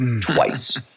Twice